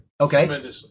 Okay